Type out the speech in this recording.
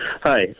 Hi